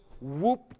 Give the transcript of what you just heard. whoop